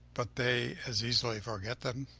but they as easily forget them.